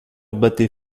battait